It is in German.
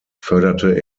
förderte